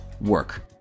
work